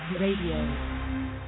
Radio